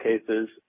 cases